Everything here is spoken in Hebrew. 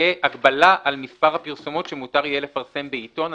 תהיה הגבלה על מספר הפרסומות שמותר יהיה לפרסם בעיתון.